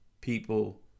people